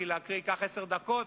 כי להקריא ייקח עשר דקות,